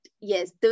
yes